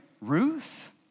Ruth